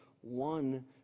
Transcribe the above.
one